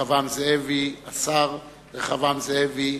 רחבעם זאבי, השר רחבעם זאבי,